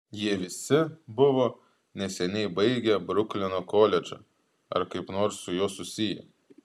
jie visi buvo neseniai baigę bruklino koledžą ar kaip nors su juo susiję